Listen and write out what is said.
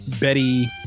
Betty